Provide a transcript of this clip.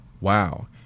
Wow